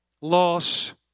loss